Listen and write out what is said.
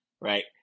right